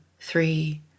three